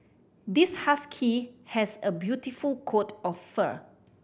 this husky has a beautiful coat of fur